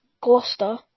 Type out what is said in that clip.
Gloucester